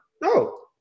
no